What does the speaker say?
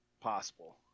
Possible